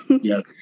Yes